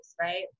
right